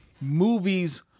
movies